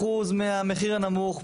מהמחיר הנמוך,